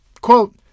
quote